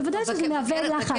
בוודאי זה מהווה לחץ.